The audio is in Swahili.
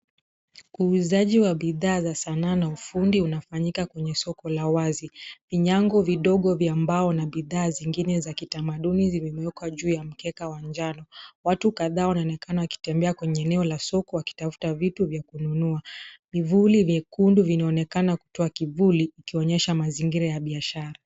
Uuzaji wa bidhaa za sanaa na ufundi unafanyika kwenye soko la wazi. Vinyango vidogo vya mbao na bidhaa zingine za kitamaduni zimewekwa juu ya mkeka wa njano. Watu kadhaa wanaonekana wakitembea kwenye eneo la soko wakitafuta vitu vya kununua. Vivuli vyekundu vinaonekana kutoa kivuli ikionyesha mazingira ya biashara.